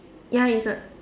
ya it's a